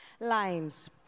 lines